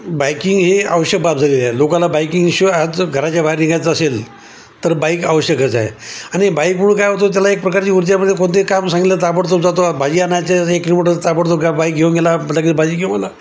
biking हे आवश्यक बाब झालेली आहे लोकांना बाईकिंगशिवाय आज जर घराच्या बाहेर निघायचं असेल तर बाईक आवश्यकच आहे आणि बाईक म्हणून काय होतो त्याला एक प्रकारची उर्जा मिळते कोणतेही काम सांगितलं ताबडतोब जातो भाजी आणायचे असेल एक किलोमीटर ताबडतोब बाईक घेऊन गेला पटकन भाजी घेऊन आ